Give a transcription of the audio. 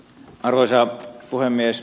arvoisa puhemies